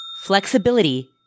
flexibility